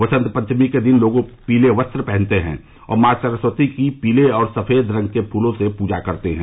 वसंत पंचमी के दिन लोग पीले वस्त्र पहनते हैं और मां सरस्वती की पीले और सफेद रंग के फूलों से पूजा करते हैं